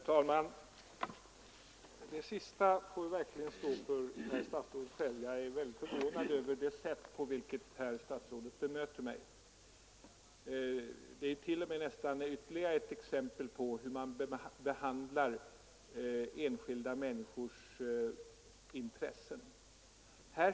Herr talman! Det sista får verkligen stå för herr statsrådet själv. Jag är mycket förvånad över det sätt, på vilket herr statsrådet bemöter mig. Det är ytterligare ett exempel på hur man behandlar enskilda människors intressen.